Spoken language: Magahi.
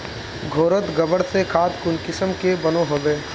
घोरोत गबर से खाद कुंसम के बनो होबे?